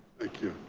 thank you.